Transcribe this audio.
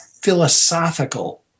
philosophical